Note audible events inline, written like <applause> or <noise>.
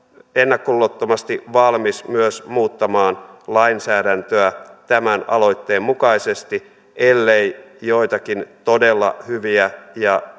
ennakkoluulottomasti valmis myös muuttamaan lainsäädäntöä tämän aloitteen mukaisesti ellei joitakin todella hyviä ja <unintelligible>